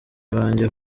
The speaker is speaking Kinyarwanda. abanye